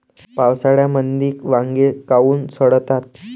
पावसाळ्यामंदी वांगे काऊन सडतात?